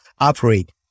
operate